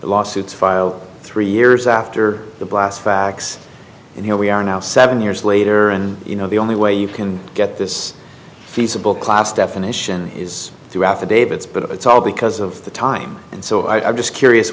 lawsuits filed three years after the blast fax and here we are now seven years later and you know the only way you can get this feasible class definition is through affidavits but it's all because of the time and so i just curious